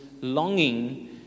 longing